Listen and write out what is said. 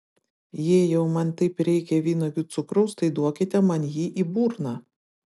jei jau man taip reikia vynuogių cukraus tai duokite man jį į burną